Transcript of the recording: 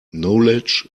knowledge